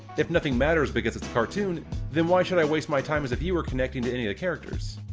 if nothing matters because it's a cartoon then why should i waste my time as a viewer, connecting to any of the characters?